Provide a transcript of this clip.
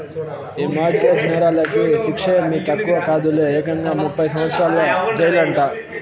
ఈ mortgage నేరాలకి శిచ్చేమీ తక్కువ కాదులే, ఏకంగా ముప్పై సంవత్సరాల జెయిలంట